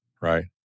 Right